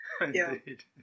Indeed